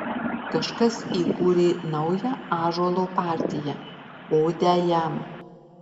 kažkas įkūrė naują ąžuolo partiją odę jam